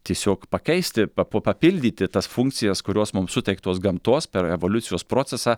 tiesiog pakeisti papu papildyti tas funkcijas kurios mums suteiktos gamtos per evoliucijos procesą